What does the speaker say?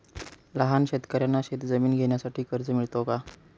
लहान शेतकऱ्यांना शेतजमीन घेण्यासाठी कर्ज मिळतो का?